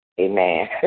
Amen